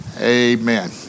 Amen